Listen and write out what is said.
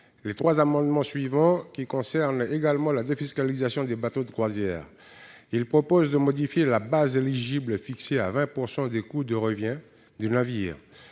les deux amendements suivants, qui concernent également la défiscalisation des bateaux de croisière. Cet amendement tend à modifier la base éligible, fixée à 20 % des coûts de revient du navire.